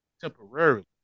temporarily